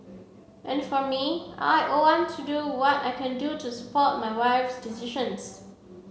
and for me I want to do what I can to support my wife's decisions